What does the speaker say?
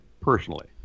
personally